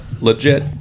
legit